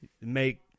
make